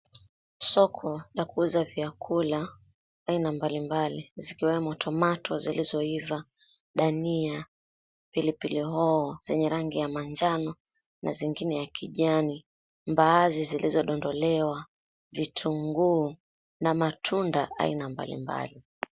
Soko la kuuza vyakula aina mbali mbali, zikiwemo tomato zilizoiva, dania, pilipili hoho zenye rangi ya manjano na zingine za kijani, mbaazi zilizodondolewa, vitunguu na matunda aina mbalimbali.